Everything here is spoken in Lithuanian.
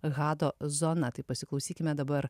hado zona tai pasiklausykime dabar